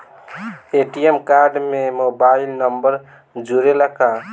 ATM card में mobile number जुरेला का?